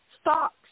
stocks